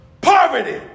Poverty